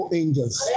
angels